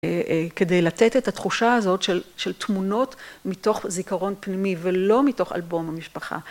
כדי לתת את התחושה הזאת של תמונות מתוך זיכרון פנימי ולא מתוך אלבום המשפחה.